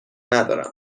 ندارم